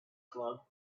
club